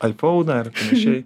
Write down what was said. alpauną ar panašiai